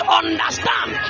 understand